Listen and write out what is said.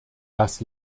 das